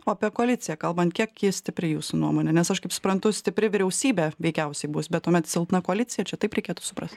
o apie koaliciją kalbant kiek ji stipri jūsų nuomone nes aš kaip suprantu stipri vyriausybė veikiausiai bus bet tuomet silpna koalicija čia taip reikėtų suprast